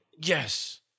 Yes